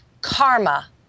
Karma